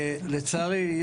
לצערי,